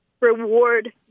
reward